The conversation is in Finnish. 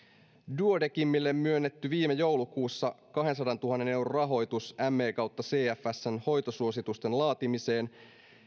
duodecimille on myönnetty viime joulukuussa kahdensadantuhannen euron rahoitus me cfsn hoitosuositusten laatimiseen